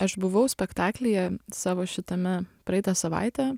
aš buvau spektaklyje savo šitame praeitą savaitę